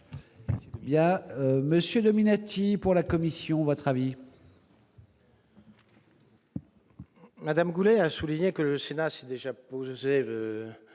monsieur Dominati pour la Commission va travailler. Madame Goulet a souligné que le Sénat s'est déjà posé